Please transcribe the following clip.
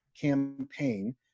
campaign